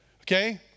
Okay